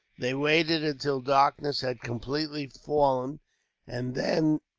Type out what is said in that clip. they waited until darkness had completely fallen and then,